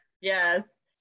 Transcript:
yes